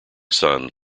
son